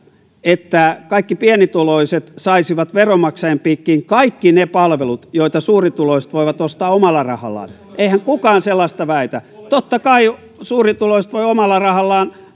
että kaikki pienituloiset saisivat veronmaksajien piikkiin kaikki ne palvelut joita suurituloiset voivat ostaa omalla rahallaan eihän kukaan sellaista väitä totta kai suurituloiset voivat omalla rahallaan